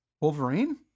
Wolverine